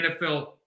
NFL